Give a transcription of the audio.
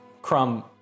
Crumb